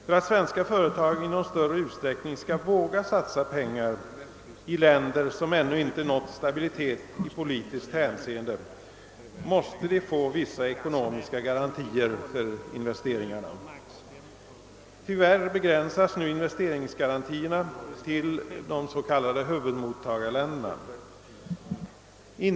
För att svenska företag i någon större utsträckning skall våga satsa pengar i länder som ännu inte nått stabilitet i politiskt hänseende måste de få vissa garantier för investeringarna. Tyvärr begränsas nu investeringsgarantierna till de s.k. huvudmottagarländerna.